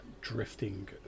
drifting